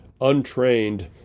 untrained